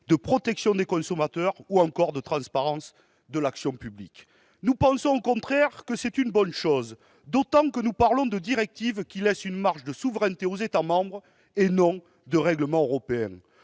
de protection des consommateurs ou encore de transparence de l'action publique. Nous pensons au contraire que c'est une bonne chose, d'autant que nous parlons de directives qui laissent une marge de souveraineté aux États membres, et non de règlements européens.